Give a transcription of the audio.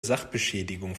sachbeschädigung